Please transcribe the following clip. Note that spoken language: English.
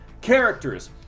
Characters